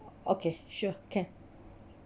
okay sure can